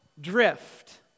drift